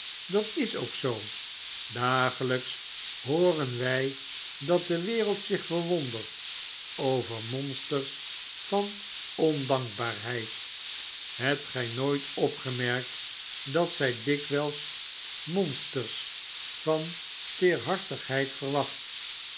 dat is ook zoo dagelijks hooren wij dat de wereld zich verwondert over monsters van ondankbaarheid hebt gij nooit opgemerkt dat zij dikwijls monsters barnaby rudge van teerhartigheid verwacht